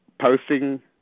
posting